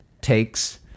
takes